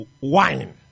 wine